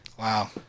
Wow